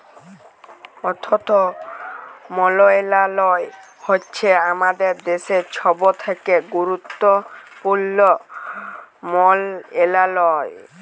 অথ্থ মলত্রলালয় হছে আমাদের দ্যাশের ছব থ্যাকে গুরুত্তপুর্ল মলত্রলালয়